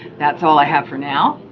that's all i have for now.